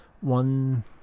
one